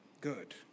good